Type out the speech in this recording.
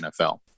nfl